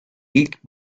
i̇lk